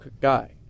guy